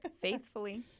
faithfully